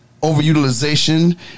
overutilization